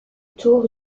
tour